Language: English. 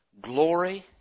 glory